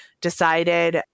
decided